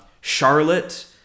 Charlotte